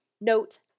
Note